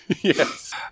Yes